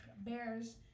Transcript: Bears